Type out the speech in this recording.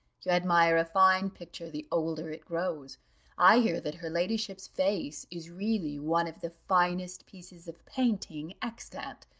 you admire a fine picture the older it grows i hear that her ladyship's face is really one of the finest pieces of painting extant,